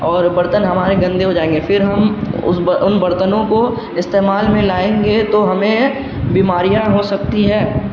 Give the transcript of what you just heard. اور برتن ہمارے گندے ہو جائیں گے پھر ہم اس ان برتنوں کو استعمال میں لائیں گے تو ہمیں بیماریاں ہو سکتی ہیں